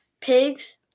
pigs